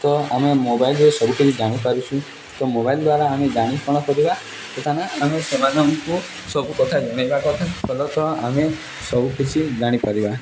ତ ଆମେ ମୋବାଇଲ୍ରେ ସବୁକିଛି ଜାଣିପାରୁଛୁ ତ ମୋବାଇଲ୍ ଦ୍ୱାରା ଆମେ ଜାଣି କ'ଣ କରିବା ତଥା ଆମେ ସେମାନଙ୍କୁ ସବୁ କଥା ନେବା କଥା ଫଲତଃ ଆମେ ସବୁକିଛି ଜାଣିପାରିବା